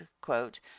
quote